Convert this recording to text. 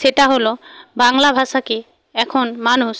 সেটা হলো বাংলা ভাষাকে এখন মানুষ